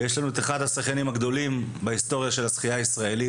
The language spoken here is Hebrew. ויש לנו את אחד השחיינים הגדולים בהיסטוריה של השחייה הישראלית,